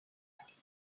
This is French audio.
caire